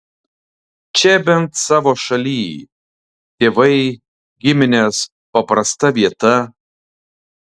čia bent savo šalyj tėvai giminės paprasta vieta